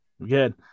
Good